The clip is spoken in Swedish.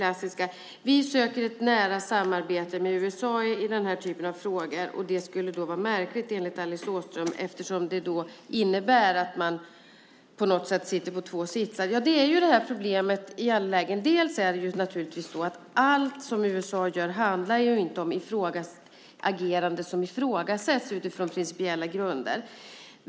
Att vi söker ett nära samarbete med USA i denna typ av frågor skulle enligt Alice Åström vara märkligt eftersom det då skulle innebära att vi sitter på två sitsar. Det är problemet i alla lägen. Allt som USA gör handlar inte om agerande som ifrågasätts utifrån principiella grunder.